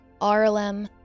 RLM